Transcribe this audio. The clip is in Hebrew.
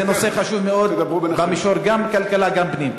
זה נושא חשוב מאוד גם במישור של הכלכלה וגם של הפנים.